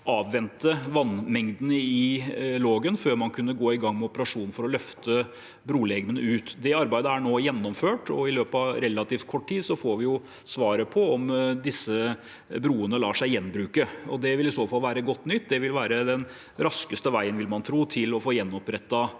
avvente vannmengdene i Lågen før man kunne gå i gang med operasjonen med å løfte brolegemene ut. Det arbeidet er nå gjennomført, og i løpet av relativt kort tid får vi svaret på om disse broene lar seg gjenbruke. Det vil i så fall være godt nytt, det vil være den raskeste veien – tror man – for å få gjenopprettet